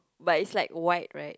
but is like white right